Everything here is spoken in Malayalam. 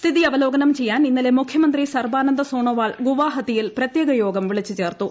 സ്ഥിതി അവലോകനം ചെയ്യാൻ ഇന്നലെ മുഖ്യ്മന്ത്രി സർബാനന്ദ സോണോവാൾ ഗുവാഹത്തിയിൽ പ്രത്യേക യോഗം വിളിച്ചു ചേർത്തു